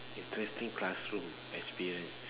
interesting classroom experience